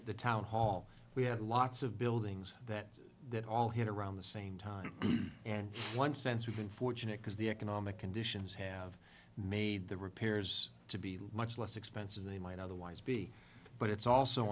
the town hall we have lots of buildings that that all hit around the same time and one sense we've been fortunate because the economic conditions have made the repairs to be much less expensive they might otherwise be but it's also